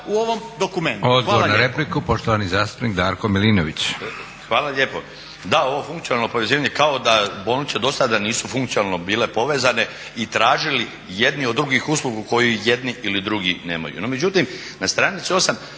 u ovom dokumentu.